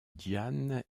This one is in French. diane